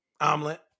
omelet